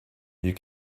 you